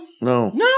No